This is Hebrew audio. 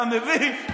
אתה מבין?